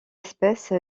espèce